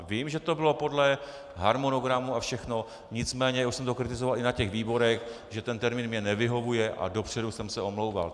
Vím, že to bylo podle harmonogramu a všechno, nicméně já už jsem to kritizoval i na výborech, že ten termín mně nevyhovuje, a dopředu jsem se omlouval.